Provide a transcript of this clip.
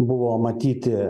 buvo matyti